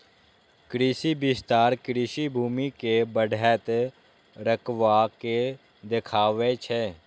कृषि विस्तार कृषि भूमि के बढ़ैत रकबा के देखाबै छै